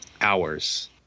hours